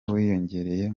wiyongereye